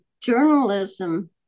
journalism